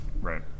Right